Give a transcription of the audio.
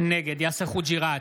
נגד יאסר חוג'יראת,